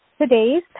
today's